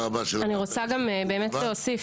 אני רוצה להוסיף.